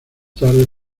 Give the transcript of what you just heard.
tarde